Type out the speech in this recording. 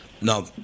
Now